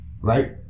right